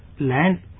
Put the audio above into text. land